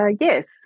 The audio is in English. Yes